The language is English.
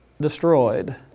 destroyed